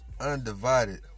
Undivided